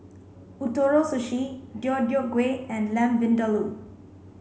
Ootoro Sushi Deodeok Gui and Lamb Vindaloo